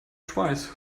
twice